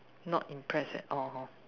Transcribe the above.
not impressed at all